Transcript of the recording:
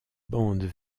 bandes